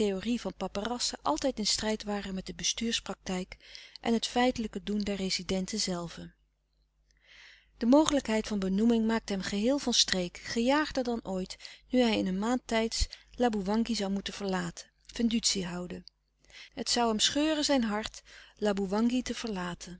theorie van paperassen altijd in strijd waren met de bestuurspraktijk en het feitelijke doen der rezidenten zelve de mogelijkheid van benoeming maakte hem geheel van streek gejaagder dan ooit nu hij in een maand tijds laboewangi zoû moeten verlaten vendutie houden het zoû hem scheuren zijn hart laboewangi te verlaten